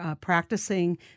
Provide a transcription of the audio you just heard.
Practicing